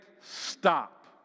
stop